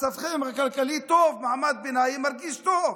מצבכם הכלכלי טוב, מעמד הביניים מרגיש טוב.